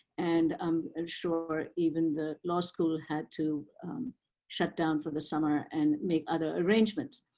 and um and sure even the law school had to shut down for the summer and make other arrangements.